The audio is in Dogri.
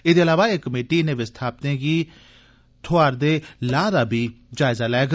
एह्दे इलावा एह् कमेटी इनें विस्थापतें गी थोआर'दे लाह् दा बी जायजा लैग